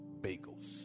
bagels